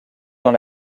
dans